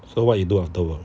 so what you do after work